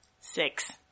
Six